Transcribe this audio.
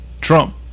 Trump